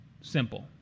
Simple